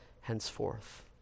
henceforth